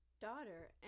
daughter